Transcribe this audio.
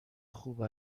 خوب